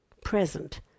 Present